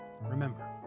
Remember